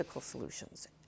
solutions